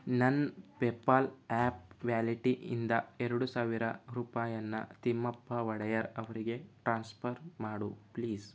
ನನ್ನ PayPal app ವ್ಯಾಲಿಟಿಯಿಂದ ಎರಡು ಸಾವಿರ ರೂಪಾಯನ್ನ ತಿಮ್ಮಪ್ಪ ಒಡೆಯರ್ ಅವರಿಗೆ ಟ್ರಾನ್ಸ್ಪರ್ ಮಾಡು ಪ್ಲೀಸ್